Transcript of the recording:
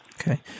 Okay